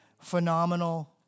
phenomenal